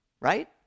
right